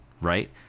right